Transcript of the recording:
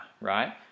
right